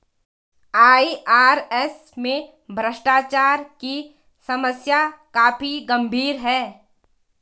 IRS में भ्रष्टाचार की समस्या काफी गंभीर है